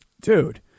Dude